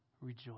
Rejoice